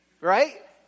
Right